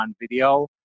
video